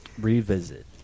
revisit